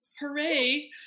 Hooray